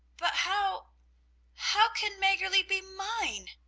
but how how can maggerli be mine?